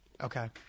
Okay